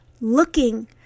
looking